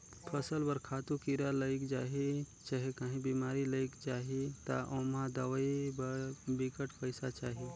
फसल बर खातू, कीरा लइग जाही चहे काहीं बेमारी लइग जाही ता ओम्हां दवई बर बिकट पइसा चाही